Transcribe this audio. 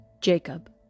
Jacob